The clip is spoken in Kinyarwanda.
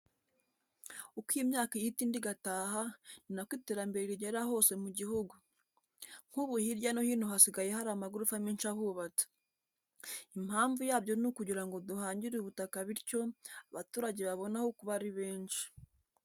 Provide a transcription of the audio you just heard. Uko imyaka ihita indi igataha, ni na ko iterambere rigera hose mu gihugu. Nk'ubu hirya no hino hasigaye hari amagorofa menshi ahubatse. Impamvu yabyo ni ukugira ngo duhangire ubutaka bityo abaturage babone aho kuba ari benshi.